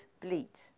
bleat